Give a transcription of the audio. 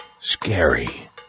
scary